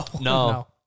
No